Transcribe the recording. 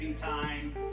time